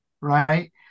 right